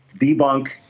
debunk